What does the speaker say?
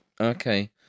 Okay